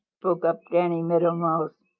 spoke up danny meadow mouse.